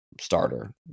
starter